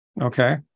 Okay